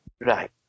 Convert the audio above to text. Right